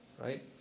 Right